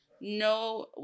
no